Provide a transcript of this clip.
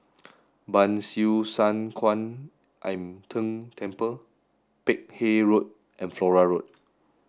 Ban Siew San Kuan Im Tng Temple Peck Hay Road and Flora Road